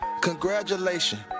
Congratulations